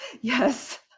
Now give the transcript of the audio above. Yes